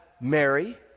Mary